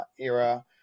era